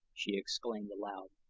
she exclaimed aloud.